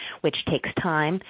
which takes time,